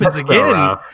again